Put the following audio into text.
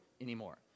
anymore